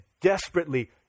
desperately